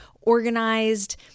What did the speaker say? organized